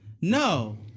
No